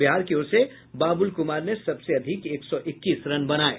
बिहार की ओर से बाबुल कुमार ने सबसे अधिक एक सौ इक्कीस रन बनाये